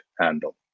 handle